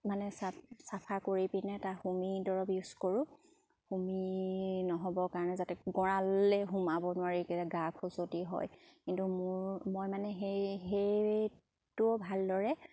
মানে চাফ চাফা কৰি পিনে তাৰ হোমি দৰব ইউজ কৰোঁ হোমি নহ'বৰ কাৰণে যাতে গঁৰাল সোমাব নোৱাৰি গা খঁজুতি হয় কিন্তু মোৰ মই মানে সেই সেইটোও ভালদৰে